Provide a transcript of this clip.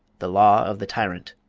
the law of the tyrant.